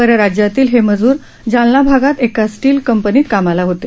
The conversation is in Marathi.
परराज्यातील हे मजूर जालना भागात एका स्टील कंपनीत कामाला होते